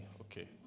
okay